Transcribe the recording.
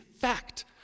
fact